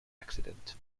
accident